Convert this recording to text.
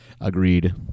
Agreed